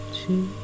two